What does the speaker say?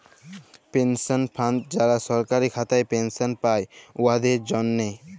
পেলশল fund যারা সরকারি খাতায় পেলশল পায়, উয়াদের জ্যনহে